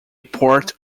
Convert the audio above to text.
port